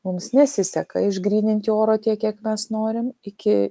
mums nesiseka išgryninti oro tiek kiek mes norim iki